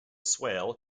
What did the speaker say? swale